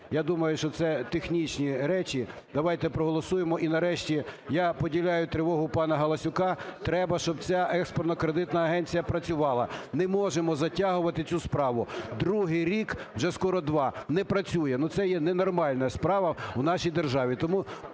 Я думаю, що це технічні речі. Давайте проголосуємо. І, нарешті, я поділяю тривогу пана Галасюка, треба щоб вся Експортно-кредитна агенція працювала. Не можемо затягувати цю справу. Другий рік, вже скоро два, не працює. Ну, це є ненормальна справа в нашій державі.